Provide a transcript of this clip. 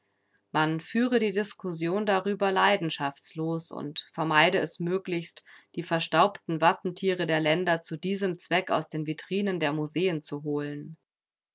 man führe die diskussion darüber leidenschaftslos und vermeide es möglichst die verstaubten wappentiere der länder zu diesem zweck aus den vitrinen der museen zu holen